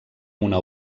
una